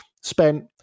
spent